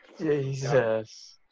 Jesus